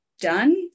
done